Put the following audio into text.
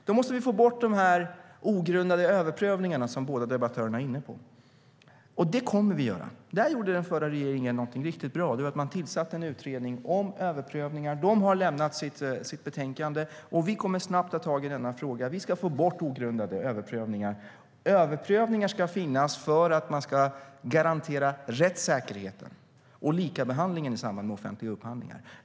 Då måste vi få bort de ogrundade överprövningarna, som båda debattörerna är inne på. Och det kommer vi att få. Där gjorde den förra regeringen någonting riktig bra; den tillsatte en utredning om överprövningar. Utredningen har lämnat sitt betänkande, och vi kommer snabbt att ta tag i denna fråga. Vi ska få bort ogrundade överprövningar. Överprövningar ska finnas för att man ska garantera rättssäkerheten och likabehandlingen i samband med offentliga upphandlingar.